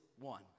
one